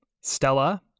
Stella